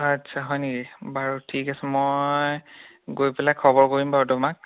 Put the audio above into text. আচ্ছা হয় নেকি বাৰু ঠিক আছে মই গৈ পেলাই খবৰ কৰিম বাৰু তোমাক